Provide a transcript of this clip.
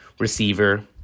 receiver